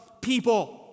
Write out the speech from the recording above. people